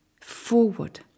forward